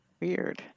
weird